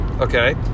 Okay